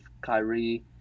Kyrie